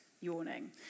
yawning